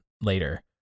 later